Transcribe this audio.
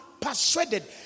persuaded